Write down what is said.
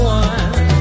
one